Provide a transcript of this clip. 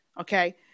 okay